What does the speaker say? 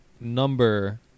number